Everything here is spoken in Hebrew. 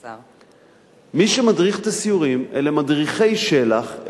מי שמדריך את הסיורים אלה מדריכי של"ח,